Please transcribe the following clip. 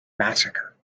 massacre